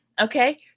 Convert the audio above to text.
Okay